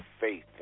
faith